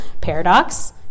paradox